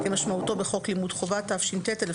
כמשמעותו בחוק לימוד חובה תש"ט-1949".